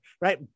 right